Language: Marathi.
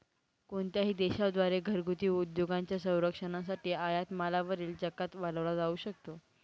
कोणत्याही देशा द्वारे घरगुती उद्योगांच्या संरक्षणासाठी आयात मालावरील जकात वाढवला जाऊ शकतो